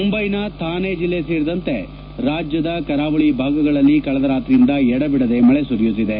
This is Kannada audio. ಮುಂಬೈನ ಥಾನೆ ಜಿಲ್ಲೆ ಸೇರಿದಂತೆ ರಾಜ್ಯದ ಕರಾವಳಿ ಭಾಗಗಳಲ್ಲಿ ಕಳೆದ ರಾತ್ರಿಯಿಂದ ಎಡಬಿಡದೆ ಮಳೆ ಸುರಿಯುತ್ತಿದೆ